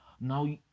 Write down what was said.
Now